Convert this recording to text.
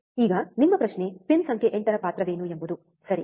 ಈಗ ನಿಮ್ಮ ಪ್ರಶ್ನೆ ಪಿನ್ ಸಂಖ್ಯೆ 8 ರ ಪಾತ್ರವೇನು ಎಂಬುದು ಸರಿ